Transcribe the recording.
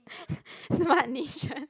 smart mission